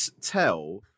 tell